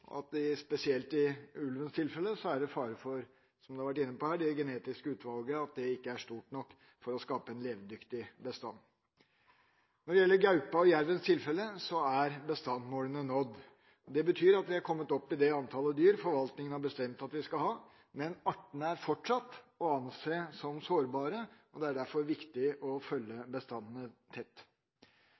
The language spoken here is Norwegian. at det, spesielt i ulvens tilfelle, er fare for – som man har vært inne på her – at det genetiske utvalget ikke er stort nok for å skape en levedyktig bestand. I gaupas og jervens tilfelle er bestandsmålene nådd. Det betyr at vi har kommet opp i det antallet dyr forvaltningen har bestemt at vi skal ha. Men artene er fortsatt å anse som sårbare, og det er derfor viktig å følge bestandene tett.